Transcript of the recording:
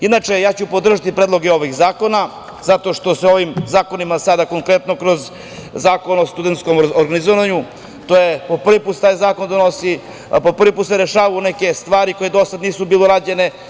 Inače, podržaću predloge ovih zakona, zato što se ovim zakonima sada konkretno kroz Zakon o studentskom organizovanju koji se prvi put donosi i kojim se rešavaju neke stvari koje do sada nisu bile urađene.